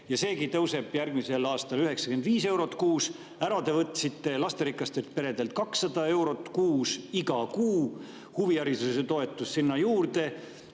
ja seegi tõuseb järgmisel aastal 95 eurot kuus. Ära võtsite te lasterikastelt peredelt 200 eurot kuus – iga kuu –, huvihariduse toetuse sinna juurde,